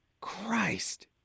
Christ